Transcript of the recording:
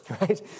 right